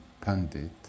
Pandit